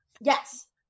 Yes